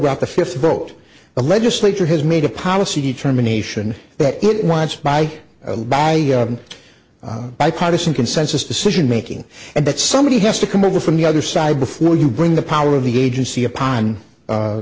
about the fifth vote the legislature has made a policy determination that it wants by by bipartisan consensus decision making and that somebody has to come over from the other side before you bring the power of the agency upon